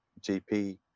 GP